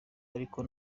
ariko